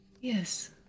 Yes